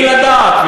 בלי לדעת,